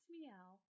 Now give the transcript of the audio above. Meow